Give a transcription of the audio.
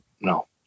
no